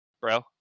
bro